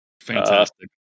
Fantastic